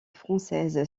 française